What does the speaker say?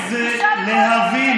איך זה להבין,